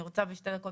אני רוצה בשתי דקות